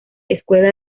escuela